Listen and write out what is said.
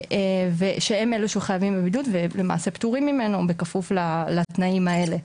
והם אלה שחייבים בבידוד ולמעשה פטורים ממנו בכפוף לתנאים האלה.